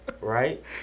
right